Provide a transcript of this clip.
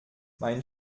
mein